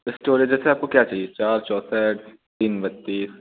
storage जैसे आपको क्या चाहिए चार चौंसठ तीन बत्तीस